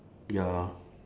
ya